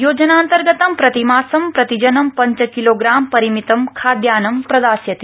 योजनान्तर्गतं प्रतिमासं प्रतिजन पञ्चकिलोग्राम परिमितं खाद्यान्नं प्रदास्यते